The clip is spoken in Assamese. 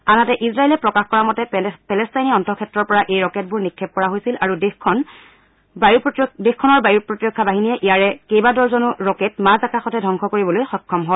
আনহাতে ইজৰাইলে প্ৰকাশ কৰা মতে পেলেট্টাইনী অন্তঃক্ষেত্ৰৰ পৰা এই ৰকেটবোৰ নিক্ষেপ কৰা হৈছিল আৰু দেশখন বায়ু প্ৰতিৰক্ষা বাহিনীয়ে ইয়াৰে কেইবা ডৰ্জনো ৰকেট মাজ আকাশতে ধবংস কৰিবলৈ সক্ষম হয়